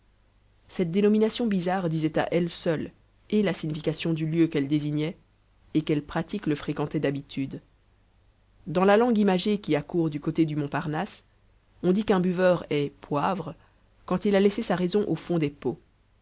cette dénomination bizarre disait à elle seule et la signification du lieu qu'elle désignait et quelles pratiques le fréquentaient d'habitude dans la langue imagée qui a cours du côté du montparnasse on dit qu'un buveur est poivre quand il a laissé sa raison au fond des pots